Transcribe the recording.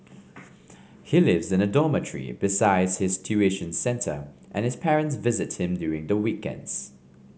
he lives in a dormitory besides his tuition centre and his parents visit him during the weekends